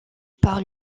par